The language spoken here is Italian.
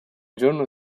giorno